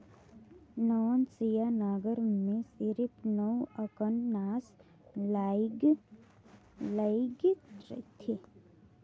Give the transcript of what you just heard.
नवनसिया नांगर मे सिरिप नव अकन नास लइग रहथे